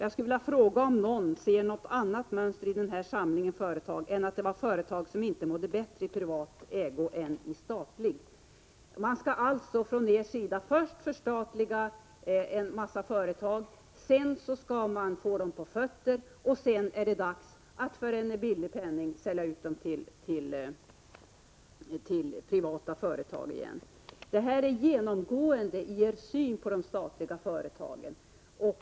Jag skulle vilja fråga om någon ser något annat mönster i den här samlingen företag än att det var företag som inte mådde bättre i privat ägo än i statlig. Man skall alltså först förstatliga en massa företag, sedan få dem på fötter och därefter för en billig penning sälja ut dem till privata företag. Det är genomgående i er syn på statliga företag.